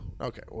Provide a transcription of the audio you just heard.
Okay